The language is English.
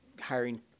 hiring